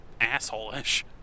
asshole-ish